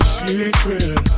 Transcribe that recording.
secret